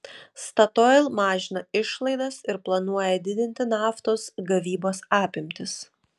statoil mažina išlaidas ir planuoja didinti naftos gavybos apimtis